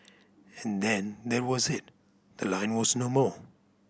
and then that was it the line was no more